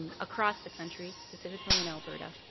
across the country. specifically in alberta.